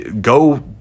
Go